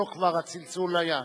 או שהצלצול כבר היה?